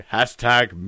Hashtag